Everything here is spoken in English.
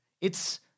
It's-